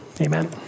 Amen